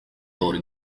doğru